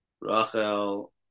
Rachel